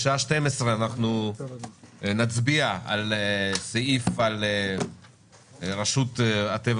לפי סדר היום שעה 12:00 אנחנו נצביע על רשות הטבע